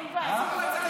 אין בעיה.